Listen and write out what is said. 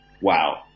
wow